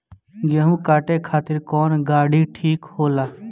गेहूं काटे खातिर कौन गाड़ी ठीक होला?